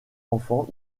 enfants